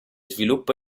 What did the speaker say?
sviluppo